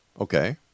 Okay